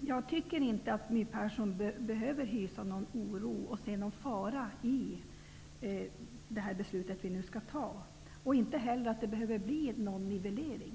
Jag tycker inte att My Persson behöver hysa någon oro och se någon fara i det beslut vi nu skall fatta. Jag tror inte heller att det behöver bli någon nivellering